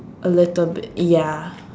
a little bit ya